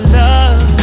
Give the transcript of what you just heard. love